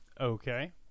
Okay